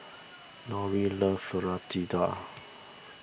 Lorie loves Fritada